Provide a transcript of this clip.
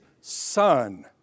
son